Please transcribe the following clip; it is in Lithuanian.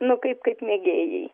nu kaip kaip mėgėjai